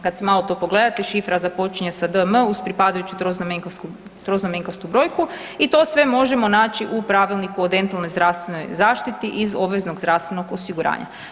Kad si malo to pogledate šifra započinje sa DM uz pripadajući troznamenkastu brojku i to sve možemo naći u Pravilniku o dentalnoj zdravstvenoj zaštiti iz obveznog zdravstvenog osiguranja.